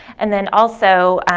and then also,